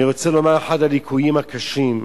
אני רוצה לומר, אחד הליקויים הקשים,